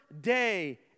day